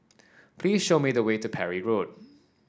please show me the way to Parry Road